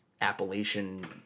Appalachian